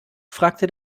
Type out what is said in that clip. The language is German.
fragte